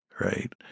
right